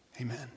amen